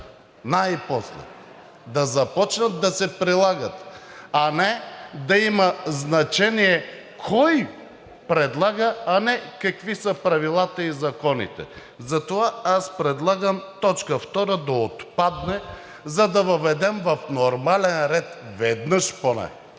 най-после, да започнат да се прилагат, а не да има значение кой предлага, а не какви са правилата и законите. Затова аз предлагам точка втора да отпадне, за да въведем в нормален ред, веднъж поне,